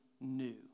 new